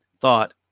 thought